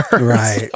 Right